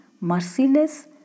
merciless